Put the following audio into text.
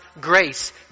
grace